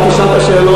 אתה תשאל את השאלות,